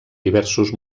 diversos